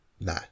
nah